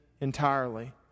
entirely